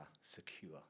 secure